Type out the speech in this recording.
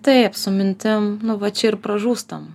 taip su mintim nu va čia ir pražūstam